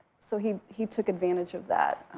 so he he took advantage of that